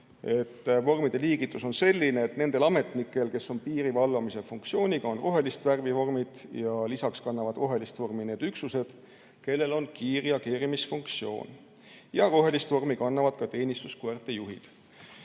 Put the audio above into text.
vormide liigitus on selline, et nendel ametnikel, kes on piirivalvamise funktsiooniga, on rohelist värvi vormid, ja lisaks kannavad rohelist vormi need üksused, kellel on kiirreageerimisfunktsioon. Rohelist vormi kannavad ka teenistuskoerte juhid.